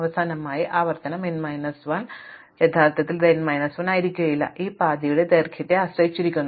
അവസാനമായി ആവർത്തനം n minus 1 യഥാർത്ഥത്തിൽ ഇത് n മൈനസ് 1 ആയിരിക്കില്ല ഈ പാതയുടെ ദൈർഘ്യത്തെ ആശ്രയിച്ചിരിക്കുന്നു